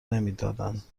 نمیدادند